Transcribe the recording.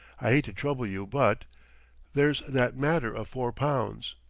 i hate to trouble you, but there's that matter of four pounds.